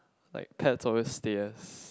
like cats always stay as